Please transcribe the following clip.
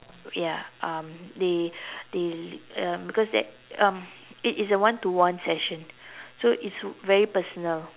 ya um they they um because that um it is a one to one session so it's very personal